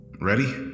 Ready